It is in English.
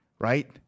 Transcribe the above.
right